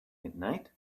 midnight